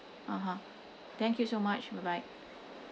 (uh huh) thank you so much bye bye